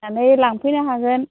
नायनानै लांफैनो हागोन